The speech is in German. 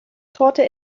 torte